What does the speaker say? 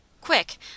Quick